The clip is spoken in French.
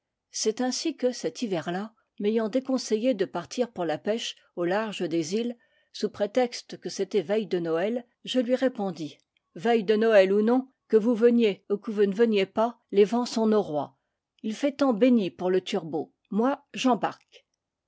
c'est ainsi que cet hiver là mon père m'ayant déconseillé de partir pour la pêche au large des îles sous prétexte que c'était veille de noël je lui répondis veille de noël ou non que vous veniez ou que vous ne veniez pas les vents sont noroît il fait temps béni pour le turbot moi